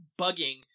bugging